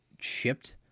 shipped